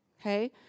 okay